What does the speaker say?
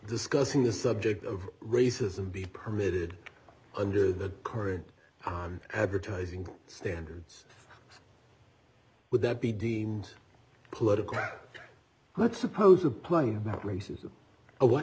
discussing the subject of racism be permitted under the current on advertising standards would that be deemed political let's suppose a plan about racism what